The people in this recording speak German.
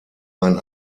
ein